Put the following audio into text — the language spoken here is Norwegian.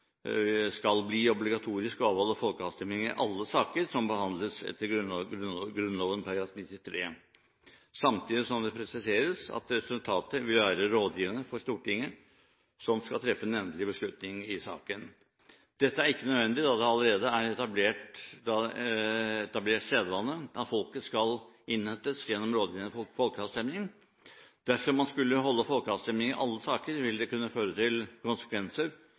skal behandles etter Grunnloven § 93, samtidig som det presiseres at resultatet vil være rådgivende for Stortinget, som skal treffe den endelige beslutning i saken. Dette er ikke nødvendig, da det allerede er etablert en sedvane, at folkets råd skal innhentes gjennom rådgivende folkeavstemning. Dersom man skulle avholde folkeavstemning i alle saker, ville det kunne få konsekvenser som man i dag ikke har full oversikt over. Da er det bedre å vurdere dette spørsmålet fra sak til